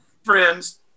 friends